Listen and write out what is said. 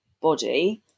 body